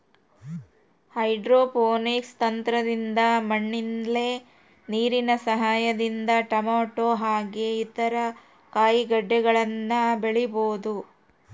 hydroponics ತಂತ್ರದಿಂದ ಮಣ್ಣಿಲ್ದೆ ನೀರಿನ ಸಹಾಯದಿಂದ ಟೊಮೇಟೊ ಹಾಗೆ ಇತರ ಕಾಯಿಗಡ್ಡೆಗಳನ್ನ ಬೆಳಿಬೊದು